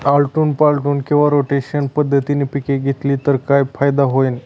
आलटून पालटून किंवा रोटेशन पद्धतीने पिके घेतली तर काय फायदा होईल?